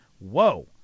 Whoa